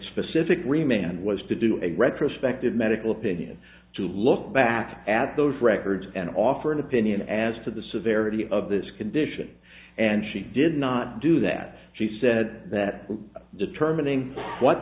specific remained was to do a retrospective medical opinion to look back at those records and offer an opinion as to the severity of this condition and she did not do that she said that determining what